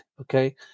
Okay